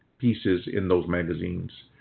pieces in those magazines.